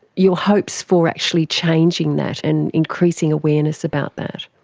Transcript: your hopes for actually changing that and increasing awareness about that?